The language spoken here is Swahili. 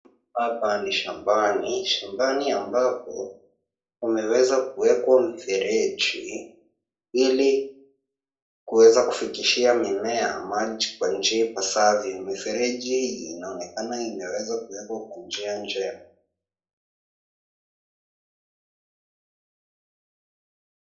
Hapa ni shambani, shambani ambapo kumeweza kuwekwa mfereji ili kuweza kufikishia mimea maji kwa njia pasafi. Mfereji hii inaonekana imeweza kwa njia njema.